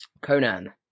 Conan